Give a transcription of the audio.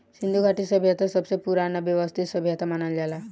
सिन्धु घाटी सभ्यता सबसे पुरान आ वयवस्थित सभ्यता मानल जाला